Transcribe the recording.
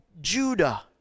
Judah